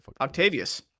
Octavius